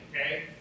okay